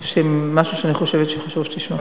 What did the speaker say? יש לי משהו שאני חושבת שחשוב שתשמע.